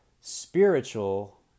spiritual